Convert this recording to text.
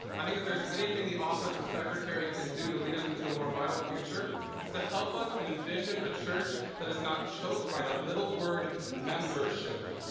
i think if there's anything the office of secretary can do to lead us into a more vital future is to help us and envision a church that is not choked by that little word membership.